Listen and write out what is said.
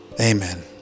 Amen